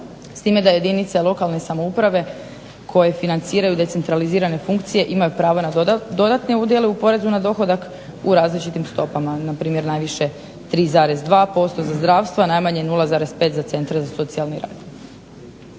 S time da jedinica lokalne samouprave koje financiraju decentralizirane funkcije imaju pravo na dodatne udjele u porezu na dohodak u različitim stopama npr. najviše 3,2% za zdravstvo, a najmanje 0,5% za centre za socijalni rad.